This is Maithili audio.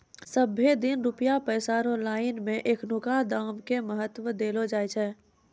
सबहे दिन रुपया पैसा रो लाइन मे एखनुका दाम के महत्व देलो जाय छै